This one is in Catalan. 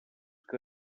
que